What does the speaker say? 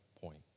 point